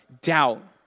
doubt